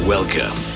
Welcome